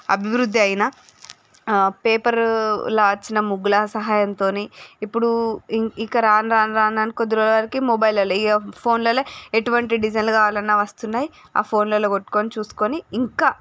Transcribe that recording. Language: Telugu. అభివృద్ధి అయినా పేపరులో వచ్చిన ముగ్గుల సహాయంతోని ఇప్పుడు ఇం ఇక రాను రాను రాను కొద్ది రోజులకి మొబైలలో ఇగ ఫోన్లో ఎటువంటి డిజైన్లు కావాలన్నా వస్తున్నాయి ఆ ఫోన్లలో కొట్టుకొని చూసుకొని ఇంకా